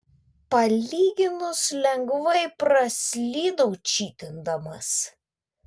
palyginus lengvai praslydau čytindamas